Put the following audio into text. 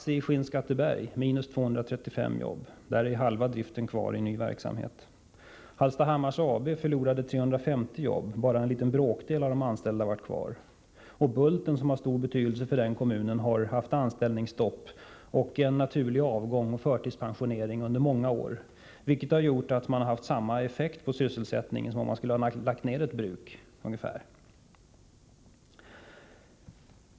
ASSI i Skinnskatteberg — 253 jobb; där är halva driften kvar i ny verksamhet. Hallstahammars AB förlorade 350 jobb. Bara en liten bråkdel av de anställda vart kvar. Bulten, som har stor betydelse för sin kommun, har haft anställningsstopp, naturlig avgång och förtidspensioneringar under många år, vilket har fått ungefär samma effekt på sysselsättningen som om man skulle ha lagt ner ett helt bruk.